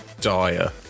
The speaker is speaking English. dire